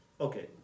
Okay